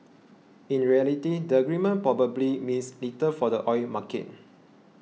in reality the agreement probably means little for the oil market